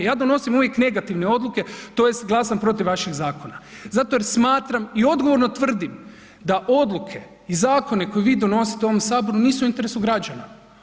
Ja donosim uvijek negativne odluke tj. glasam protiv vaših zakona zato jer smatram i odgovorno tvrdim da odluke i zakone koje vi donosite u ovom Saboru nisu u interesu građana.